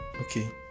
okay